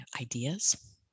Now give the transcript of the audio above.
ideas